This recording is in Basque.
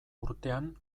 urtean